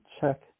check